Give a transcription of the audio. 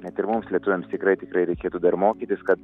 net ir mums lietuviams tikrai tikrai reikėtų dar mokytis kad